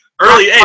Early